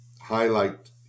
highlight